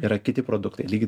yra kiti produktai lygiai